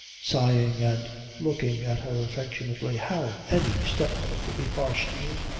sighing and looking at her affectionately, how any step-mother could be harsh to you.